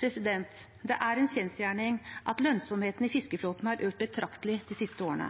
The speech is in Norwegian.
Det er en kjensgjerning at lønnsomheten i fiskeflåten har økt betraktelig de siste årene.